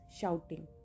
shouting